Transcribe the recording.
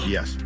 Yes